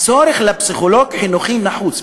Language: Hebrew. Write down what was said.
הצורך בפסיכולוג חינוכי, הוא נחוץ.